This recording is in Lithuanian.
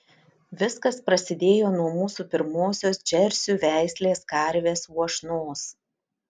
viskas prasidėjo nuo mūsų pirmosios džersių veislės karvės uošnos